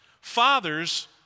Fathers